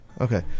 Okay